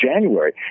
January